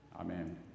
Amen